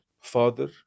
father